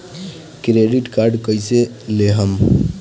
Credit card कईसे लेहम?